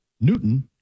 Newton